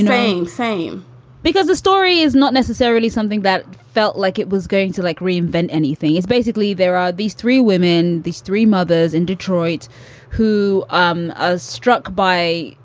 and same same because the story is not necessarily something that felt like it was going to like reinvent anything. it's basically there are these three women, these three mothers in detroit who are um ah struck by.